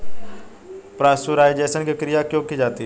Pasteurisation की क्रिया क्यों की जाती है?